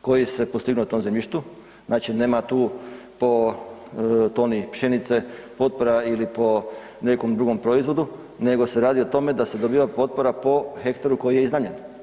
koji se postignu na tom zemljištu, znači nema tu po toni pšenice potpora ili po nekom drugom proizvodu, nego se radi o tome da se dobiva potpora po hektaru koji je iznajmljen.